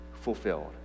fulfilled